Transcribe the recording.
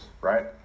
right